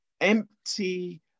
empty